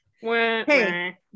Hey